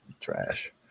Trash